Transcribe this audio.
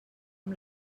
amb